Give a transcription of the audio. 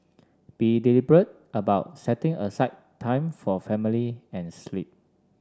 be deliberate about setting aside time for family and sleep